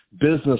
business